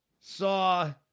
saw